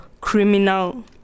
criminal